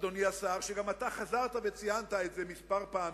אדוני השר, שגם אתה חזרת וציינת את זה כמה פעמים,